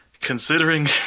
considering